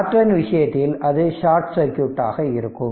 Norton விஷயத்தில் அது short circuit ஆக இருக்கும்